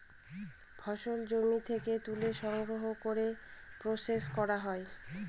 ফসল জমি থেকে তুলে সংগ্রহ করে প্রসেস করা হয়